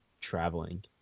traveling